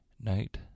night